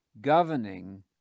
governing